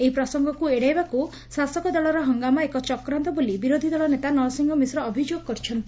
ଏହି ପ୍ରସଙ୍ଗକୁ ଏଡ଼ାଇବାକୁ ଶାସକ ଦଳର ହଙ୍ଗାମା ଏକ ଚକ୍ରାନ୍ତ ବୋଲି ବିରୋଧୀ ଦଳ ନେତା ନରସିଂହ ମିଶ୍ର ଅଭିଯୋଗ କରିଛନ୍ତି